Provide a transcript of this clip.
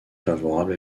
favorable